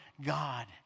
God